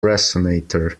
resonator